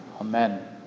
Amen